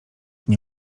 nie